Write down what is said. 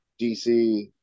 DC